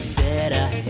better